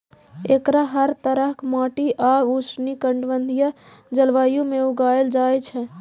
एकरा हर तरहक माटि आ उष्णकटिबंधीय जलवायु मे उगायल जाए छै